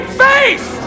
face